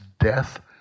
death